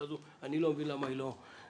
הזו ואיני מבין מדוע היא אינה מיושמת.